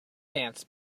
dance